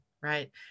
right